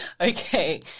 okay